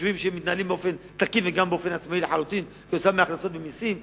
יישובים שמתנהלים באופן תקין וגם באופן עצמאי לחלוטין מהכנסות ממסים,